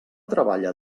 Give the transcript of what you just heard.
treballa